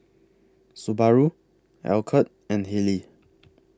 Subaru Alcott and Haylee